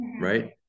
right